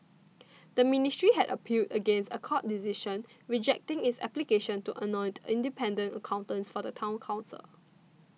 the ministry had appealed against a court decision rejecting its application to appoint independent accountants for the Town Council